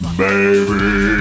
baby